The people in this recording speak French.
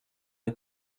les